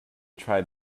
tried